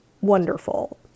wonderful